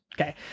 Okay